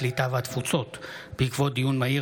הקליטה והתפוצות בעקבות דיון מהיר